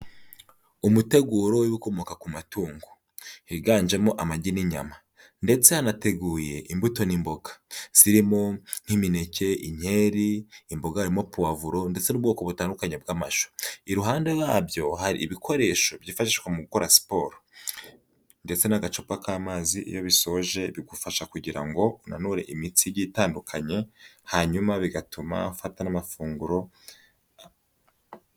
Umuteguro w'ibikomoka ku matungo, higanjemo amagi n'inyama ndetse hanateguye imbuto n'imboga, zirimo nk'imineke, inkeri, imboga harimo puwavuro ndetse n'ubwoko butandukanye bw'amashu, iruhande rwabyo hari ibikoresho byifashishwa mu gukora siporo ndetse n'agacupa k'amazi iyo ubisoje bigufasha kugira ngo unanure imitsi itandukanye hanyuma bigatuma ufata n'amafunguro,....